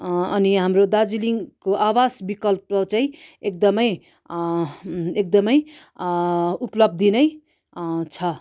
अनि हाम्रो दार्जिलिङको आवास विकल्प चाहिँ एकदमै एकदमै उपलब्धि नै छ